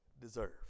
deserve